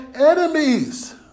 enemies